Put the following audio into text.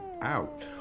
out